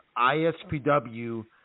ISPW